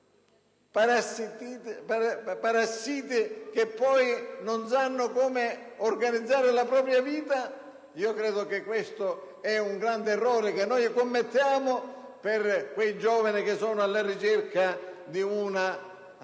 parassiti che poi non sanno come organizzare la propria vita, credo che sia un grande errore che commettiamo nei confronti di quei giovani che sono alla ricerca di una